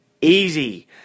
Easy